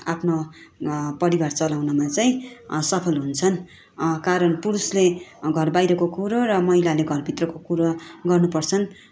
आफ्नो परिवार चलाउनमा चाहिँ सफल हुन्छन् कारण पुरुषले घरबाहिरको कुरो र महिलाले घरभित्रको कुरो गर्नु पर्छन्